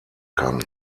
kann